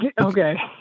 okay